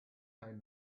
came